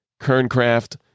Kerncraft